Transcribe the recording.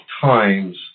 times